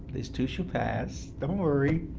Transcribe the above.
this too shall pass, don't worry.